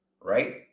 right